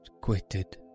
quitted